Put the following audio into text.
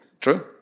True